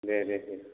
दे दे दे